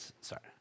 sorry